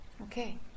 okay